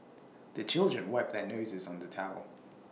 the children wipe their noses on the towel